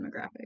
demographic